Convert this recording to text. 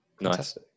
nice